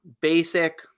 basic